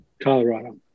Colorado